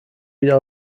wieder